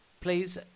please